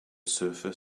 surfer